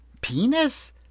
penis